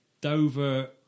Dover